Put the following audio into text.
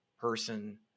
person